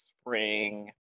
spring